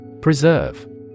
Preserve